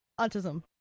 Autism